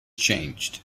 changed